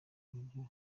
uburyo